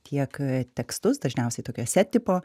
tiek tekstus dažniausiai tokiuose tipo